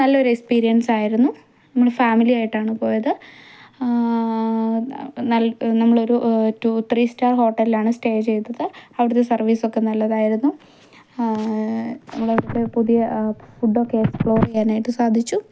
നല്ലൊരു എക്സ്പീരിയൻസായിരുന്നു നമ്മൾ ഫാമിലിയായിട്ടാണ് പോയത് നല്ല നമ്മളൊരു റ്റൂ ത്രീ സ്റ്റാർ ഹോട്ടലിലാണ് സ്റ്റേ ചെയ്തത് അവിടത്തെ സർവീസൊക്കെ നല്ലതായിരുന്നു നമ്മൾ അവിടുത്തെ പുതിയ ഫുഡൊക്കെ എക്സ്പ്ലോർ ചെയ്യാനായിട്ട് സാധിച്ചു